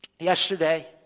yesterday